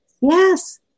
Yes